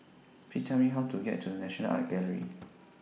Please Tell Me How to get to The National Art Gallery